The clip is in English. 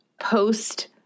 post